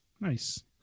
Nice